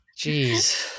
Jeez